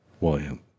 William